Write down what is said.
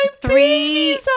Three